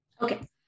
Okay